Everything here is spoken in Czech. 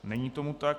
Není tomu tak.